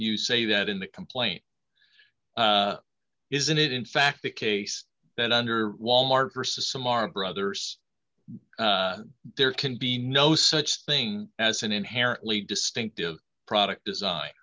you say that in the complaint isn't it in fact the case that under wal mart for some aren't brothers there can be no such thing as an inherently distinctive product design